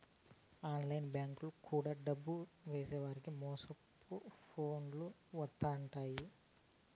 online bank గుండా డబ్బు ఏసేవారికి మోసపు ఫోన్లు వత్తుంటాయి